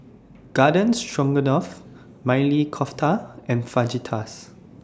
Garden Stroganoff Maili Kofta and Fajitas